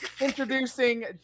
Introducing